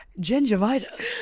Gingivitis